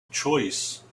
choice